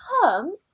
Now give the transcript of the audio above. come